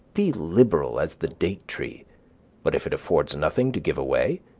be liberal as the date tree but if it affords nothing to give away,